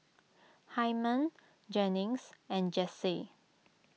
Hyman Jennings and Jessee